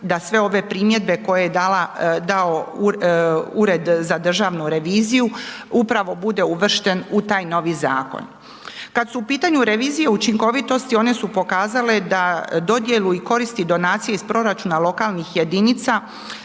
da sve ove primjedbe koje je dao Ured za državnu reviziju, upravo bude uvršten u taj novi zakon. Kad su u pitanju revizije učinkovitosti, one su pokazale da dodjelu i koristi donacija iz proračuna lokalnih jedinica